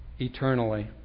eternally